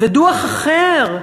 ודוח אחר,